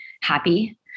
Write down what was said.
happy